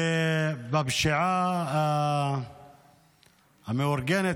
בפשיעה המאורגנת.